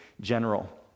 general